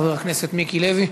חבר הכנסת מיקי לוי,